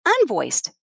unvoiced